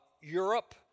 Europe